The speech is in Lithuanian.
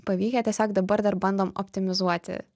pavykę tiesiog dabar dar bandom optimizuoti